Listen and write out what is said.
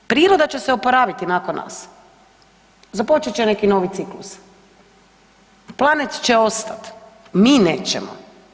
Priroda će se oporaviti nakon nas, započet će neki novi ciklus, planet će ostat, mi nećemo.